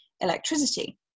electricity